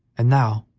and now,